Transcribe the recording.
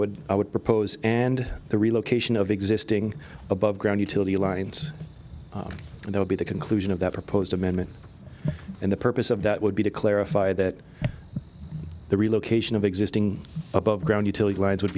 would i would propose and the relocation of existing above ground utility lines and they would be the conclusion of that proposed amendment in the purpose of that would be to clarify that the relocation of existing above ground utility lines would